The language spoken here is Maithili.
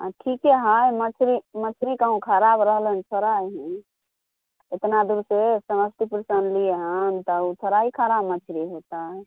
ठीके है मछरी मछरी कहुँ खराब रहलै खराब एतना दूरसँ समस्तीपुरसँ अनलियै हन तऽ उ थोड़े ही खराब मछली हेतै